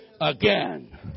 again